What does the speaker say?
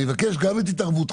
אני מבקש גם את התערבותך,